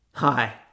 Hi